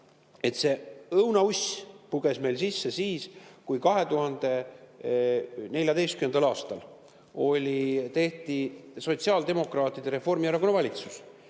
see õunauss puges meil sisse siis, kui 2014. aastal tehti sotsiaaldemokraatide ja Reformierakonna valitsus